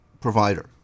provider